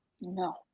No